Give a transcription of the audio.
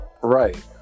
right